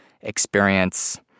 experience